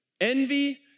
envy